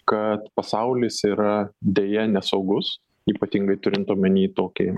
kad pasaulis yra deja nesaugus ypatingai turint omeny tokį